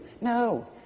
No